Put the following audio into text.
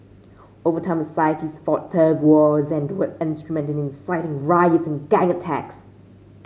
over time the societies fought turf wars and were instrumental in inciting riots and gang attacks